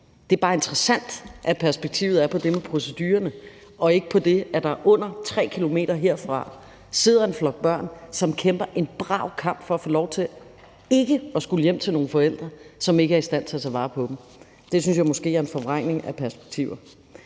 det er bare interessant, at perspektivet er på det med procedurerne og ikke på det, at der under 3 km herfra sidder en flok børn, som kæmper en brav kamp for at få lov til ikke at skulle hjem til nogle forældre, som ikke er i stand til at tage vare på dem. Det synes jeg måske er en forvrængning af perspektiver.